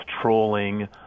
trolling